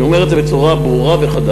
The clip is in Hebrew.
אני אומר את זה בצורה ברורה וחדה.